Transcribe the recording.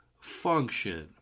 function